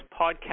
podcast